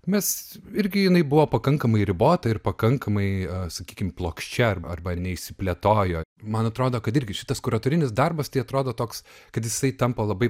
mes irgi jinai buvo pakankamai ribota ir pakankamai sakykim plokščia arba neišsiplėtojo man atrodo kad irgi šitas kuratorinis darbas tai atrodo toks kad jisai tampa labai